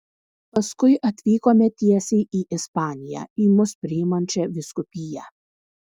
paskui atvykome tiesiai į ispaniją į mus priimančią vyskupiją